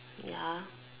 ya